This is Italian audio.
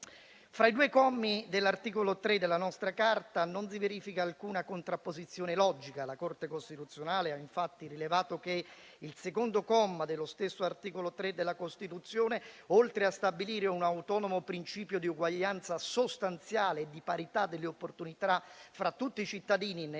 Fra i due commi dell'articolo 3 della nostra Carta, non si verifica alcuna contrapposizione logica. La Corte costituzionale ha infatti rilevato che il secondo comma dello stesso articolo 3 della Costituzione - oltre a stabilire un autonomo principio di uguaglianza "sostanziale" e di parità di opportunità tra tutti i cittadini nella